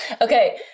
Okay